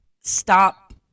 stop